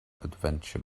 adventure